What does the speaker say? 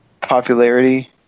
popularity